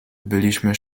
byliśmy